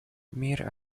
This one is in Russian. мир